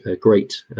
great